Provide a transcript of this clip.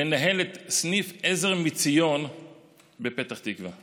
לנהל את סניף עזר מציון בפתח תקווה.